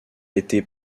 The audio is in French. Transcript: été